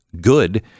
good